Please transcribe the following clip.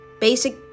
Basic